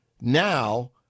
Now